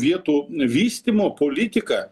vietų vystymo politika